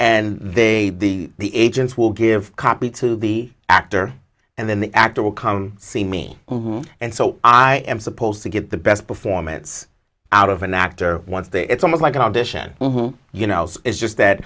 and they the agents will give a copy to the actor and then the actor will come see me and so i am supposed to get the best performance out of an actor once they're it's almost like an audition you know it's just that